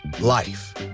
life